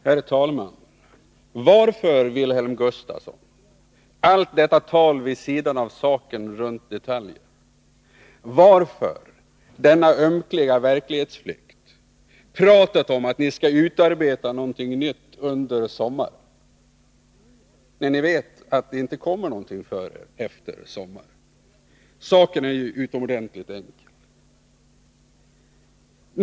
Herr talman! Varför, Wilhelm Gustafsson, allt detta tal vid sidan av saken runt detaljer? Varför denna ömkliga verklighetsflykt — pratet om att ni skall utarbeta någonting nytt under sommaren, när ni vet att det inte kommer någonting förrän efter sommaren? Saken är ju utomordentligt enkel.